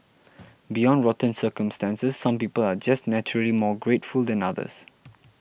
beyond rotten circumstances some people are just naturally more grateful than others